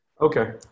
Okay